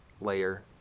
layer